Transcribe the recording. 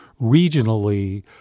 regionally